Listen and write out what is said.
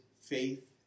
faith